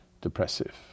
depressive